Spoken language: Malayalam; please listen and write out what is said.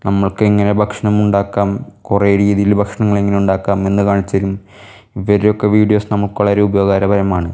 നമുക്ക് എങ്ങനെ ഭക്ഷണം ഉണ്ടാക്കാം കുറേ രീതിയിൽ ഭക്ഷണങ്ങൾ എങ്ങനെ ഉണ്ടാക്കാം എന്ന് കാണിച്ച് തരും ഇവരുടെയൊക്കെ വീഡിയോസ് നമുക്ക് വളരെ ഉപയോഗകരമാണ്